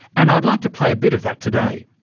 and i'd like to play a bit of that today.